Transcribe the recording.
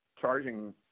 charging